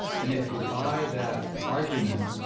and if you buy that argument,